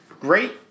great